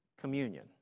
communion